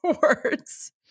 words